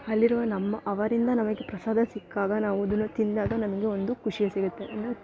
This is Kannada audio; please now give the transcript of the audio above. ಅಲ್ಲಿರುವ ನಮ್ಮ ಅವರಿಂದ ನಮಗೆ ಪ್ರಸಾದ ಸಿಕ್ಕಾಗ ನಾವು ಅದನ ತಿಂದಾಗ ನಮಗೆ ಒಂದು ಖುಷಿಯು ಸಿಗುತ್ತೆ ಅಂದರೆ